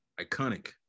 Iconic